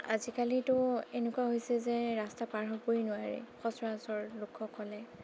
আজিকালিতো এনেকুৱা হৈছে যে ৰাস্তা পাৰ হ'বই নোৱাৰি সচৰাচৰ লোকসকলে